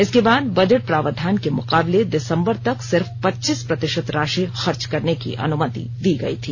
इसके बाद बजंट प्रावधान के मुकाबले दिसंबर तक सिर्फ पच्चीस प्रतिशत राशि खर्च करने की अनुमति दी गयी थी